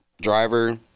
driver